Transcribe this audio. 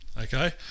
Okay